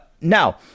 now